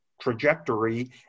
trajectory